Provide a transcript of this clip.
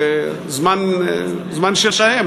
זה זמן שלהם,